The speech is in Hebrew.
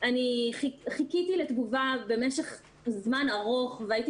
אני חיכיתי לתגובה במשך זמן ארוך והייתי